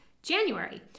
January